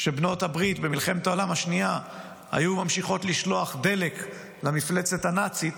שבנות הברית במלחמת העולם השנייה היו ממשיכות לשלוח דלק למפלצת הנאצית,